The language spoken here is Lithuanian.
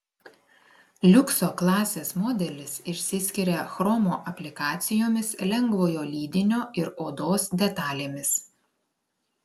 liukso klasės modelis išsiskiria chromo aplikacijomis lengvojo lydinio ir odos detalėmis